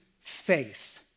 faith